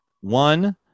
One